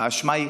האשמה היא אחת,